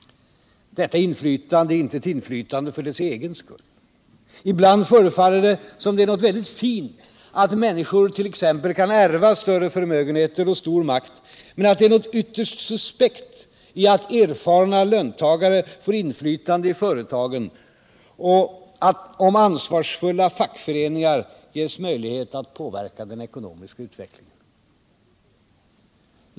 Detta inflytande är inte ett inflytande för dess egen skull. Ibland förefaller det som om det är något väldigt fint att människor t.ex. kan ärva större förmögenheter och stor makt, medan det är ytterst suspekt att erfarna löntagare får inflytande i företagen och att ansvarsfulla fackföreningar ges möjlighet att påverka den ekonomiska utvecklingen.